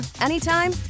anytime